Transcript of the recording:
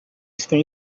estão